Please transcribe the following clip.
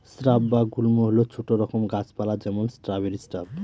shrub বা গুল্ম হল ছোট রকম গাছ পালা যেমন স্ট্রবেরি শ্রাব